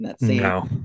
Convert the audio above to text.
No